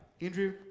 Andrew